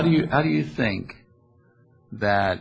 do you how do you think that